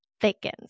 thickens